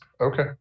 Okay